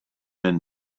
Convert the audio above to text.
been